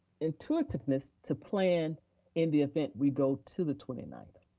intuitiveness to plan in the event we go to the twenty ninth.